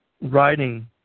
writing